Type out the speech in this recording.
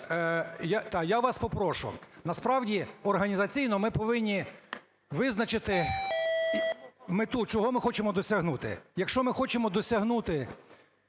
Я вас попрошу! Насправді організаційно ми повинні визначити мету, чого ми хочемо досягнути. Якщо ми хочемо досягнути